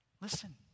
Listen